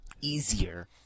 easier